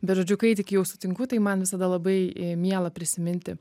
bet žodžiu kai tik jau sutinku tai man visada labai miela prisiminti